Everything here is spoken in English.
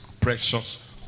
Precious